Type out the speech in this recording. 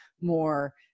more